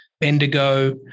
Bendigo